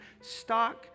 stock